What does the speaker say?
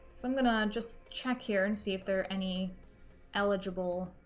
so i'm gonna just check here and see if there are any eligible